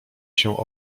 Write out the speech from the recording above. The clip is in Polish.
się